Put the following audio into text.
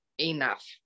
enough